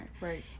Right